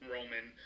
Roman